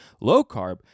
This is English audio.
low-carb